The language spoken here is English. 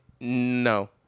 No